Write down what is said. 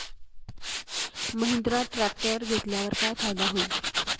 Mahindra tractor घेतल्यावर काय फायदा होईल?